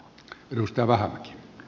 arvoisa puhemies